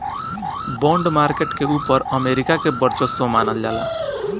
bond market के ऊपर America के वर्चस्व मानल जाला